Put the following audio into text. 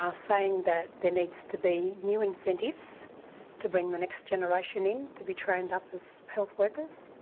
ah saying that there needs to be new incentives to bring the next generation in to be trained up as health workers,